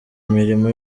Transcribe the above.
imirimo